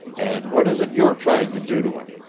and what is it you're tryin' to do to him?